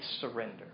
surrender